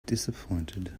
disappointed